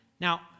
Now